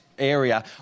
area